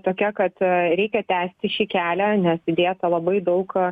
tokia kad reikia tęsti šį kelią nes įdėta labai daug